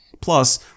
Plus